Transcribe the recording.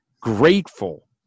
grateful